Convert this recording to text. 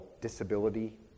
disability